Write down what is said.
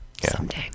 Someday